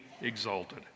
exalted